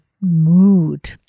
mood